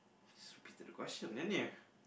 spit it a question didn't you